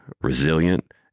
resilient